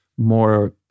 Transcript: more